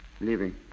Leaving